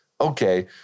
okay